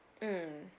mm